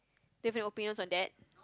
do you have opinions on that